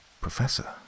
Professor